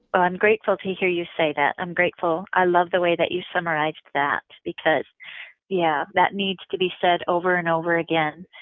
ah i'm grateful to hear you say that. i'm grateful. i love the way that you summarized that, because yeah, that needs to be said over and over again.